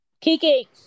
Kiki